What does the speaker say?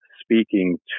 speaking